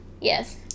yes